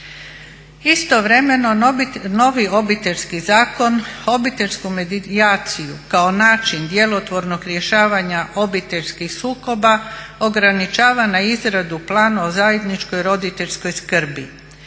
Istovremeno novi Obiteljski zakon obiteljsku medijaciju kao način djelotvornog rješavanja obiteljskih sukoba ograničava na izradu plana o zajedničkoj roditeljskoj skrbi,